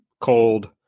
cold